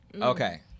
okay